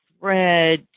thread